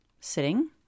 sitting